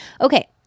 Okay